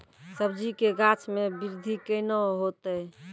सब्जी के गाछ मे बृद्धि कैना होतै?